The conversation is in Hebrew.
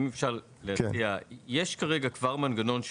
כרגע יש כבר מנגנון,